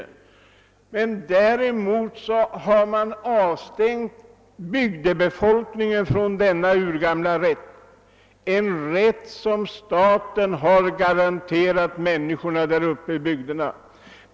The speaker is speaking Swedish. Bygdebefolkningen avstängs däremot från sin urgamla fiskerätt, som staten tidigare garanterat invånarna i området.